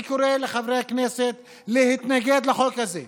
אני קורא לחברי הכנסת להתנגד לחוק הזה.